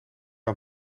aan